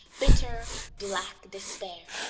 bitter, black despair.